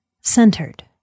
centered